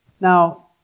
Now